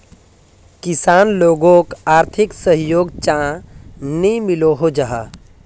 किसान लोगोक आर्थिक सहयोग चाँ नी मिलोहो जाहा?